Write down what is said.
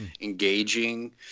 engaging